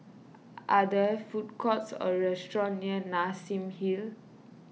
are there food courts or restaurants near Nassim Hill